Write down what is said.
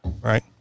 right